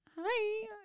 Hi